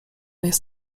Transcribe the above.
jest